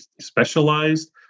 specialized